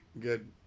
Good